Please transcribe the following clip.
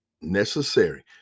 necessary